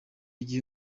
gihe